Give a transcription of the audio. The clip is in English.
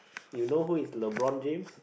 you know who is LeBron-James